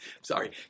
Sorry